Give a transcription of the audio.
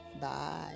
Bye